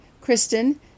Kristen